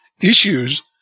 issues